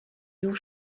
your